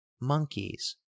monkeys